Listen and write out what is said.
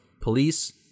police